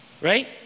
right